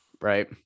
right